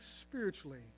spiritually